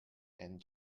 and